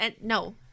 no